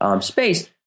space